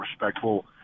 respectful